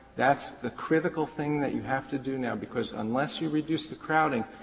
that's the critical thing that you have to do now because unless you reduce the crowding,